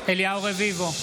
רביבו,